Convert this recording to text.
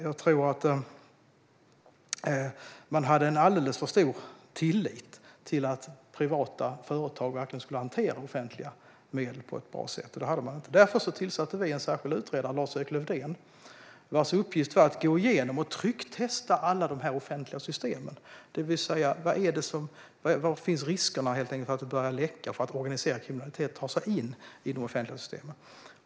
Jag tror att man hade en alldeles för stor tillit till att privata företag skulle hantera offentliga medel på ett bra sätt. Därför tillsatte vi en särskild utredare, Lars-Erik Lövdén, vars uppgift var att gå igenom och trycktesta alla de offentliga systemen för att se var riskerna finns för att det börjar läcka och för att organiserad kriminalitet tar sig in i de offentliga systemen.